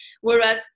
whereas